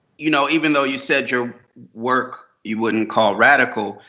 you know even though you said your work you wouldn't call radical.